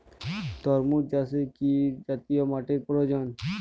তরমুজ চাষে কি জাতীয় মাটির প্রয়োজন?